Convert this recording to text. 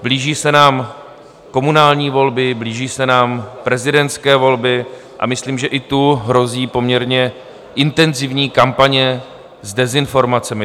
Blíží se nám komunální volby, blíží se nám prezidentské volby a myslím, že i tu hrozí poměrně intenzivní kampaně s dezinformacemi.